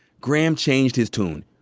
graham changed his tune.